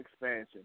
expansion